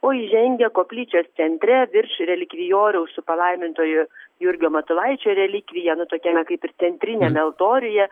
o įžengę koplyčios centre virš relikvijoriaus su palaimintojo jurgio matulaičio relikvija nu tokiame kaip centriniame altoriuje